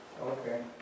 Okay